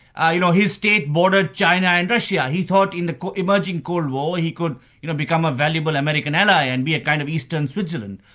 ah you know his state bordered china and russia, he thought in the emerging cold war he could you know become a valuable american ally and be a kind of eastern switzerland.